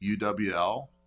UWL